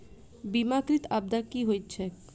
बीमाकृत आपदा की होइत छैक?